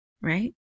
Right